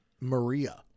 Maria